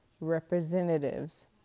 representatives